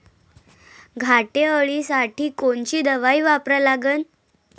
घाटे अळी साठी कोनची दवाई वापरा लागन?